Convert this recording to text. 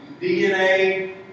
DNA